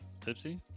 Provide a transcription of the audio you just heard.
Tipsy